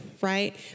right